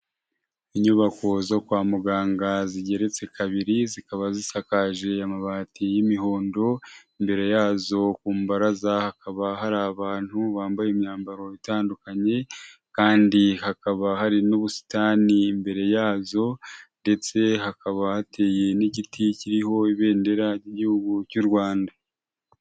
Inyubako zo kwa muganga zigeretse kabiri zikaba zisakaje amabati y'imihondo imbere yazo kumbaraza hakaba hari abantu bambaye imyambaro itandukanye kandi hakaba hari n'ubusitani imbere yazo ndetse hakaba hateye n'igiti kiriho ibendera ry'igihugu cyu Rwanda.